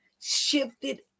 shifted